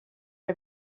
her